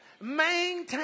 Maintain